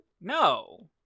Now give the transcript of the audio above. No